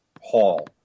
Hall